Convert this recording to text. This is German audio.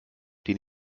den